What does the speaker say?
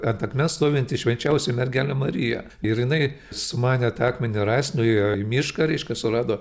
ant akmens stovinti švenčiausioji mergelė marija ir jinai sumanė tą akmenį rast nuėjo į mišką reiškia surado